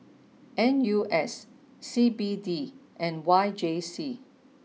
N U S C B D and Y J C